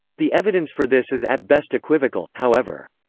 the evidence for this is at best equivocal, however.